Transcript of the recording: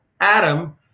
Adam